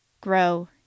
Grow